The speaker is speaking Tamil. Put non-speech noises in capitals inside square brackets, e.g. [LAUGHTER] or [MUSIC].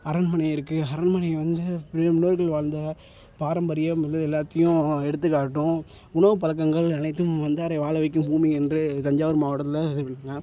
அரண்மனை இருக்குது அரண்மனை வந்து பெரிய முன்னோர்கள் வாழ்ந்த பாரம்பரிய [UNINTELLIGIBLE] எல்லாத்திலியும் எடுத்துக்காட்டும் உணவுப் பழக்கங்கள் அனைத்தும் வந்தாரை வாழவைக்கும் பூமி என்று தஞ்சாவூர் மாவட்டத்தில் இது [UNINTELLIGIBLE]